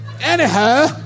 Anyhow